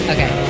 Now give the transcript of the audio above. Okay